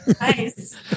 Nice